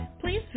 Please